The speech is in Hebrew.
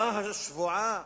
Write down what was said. מה השבועה